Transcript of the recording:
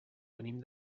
venim